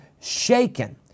shaken